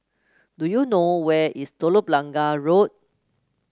do you know where is Telok Blangah Road